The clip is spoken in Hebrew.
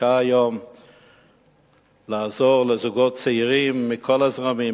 חקיקה היום לעזור לזוגות צעירים מכל הזרמים,